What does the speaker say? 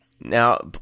now